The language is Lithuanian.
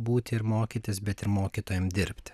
būti ir mokytis bet ir mokytojam dirbti